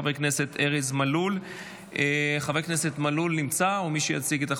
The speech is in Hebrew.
אושרה בקריאה ראשונה ותחזור לדיון בוועדת הפנים